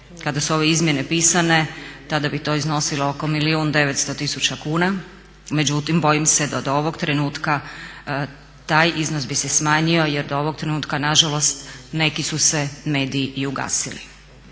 kada su ove izmjene pisane tada bi to iznosilo oko milijun 900 tisuća kuna. Međutim, bojim se da od ovog trenutka taj iznos bi se smanjio jer do ovog trenutka na žalost neki su se mediji i ugasili.